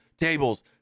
tables